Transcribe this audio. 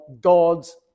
God's